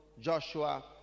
Joshua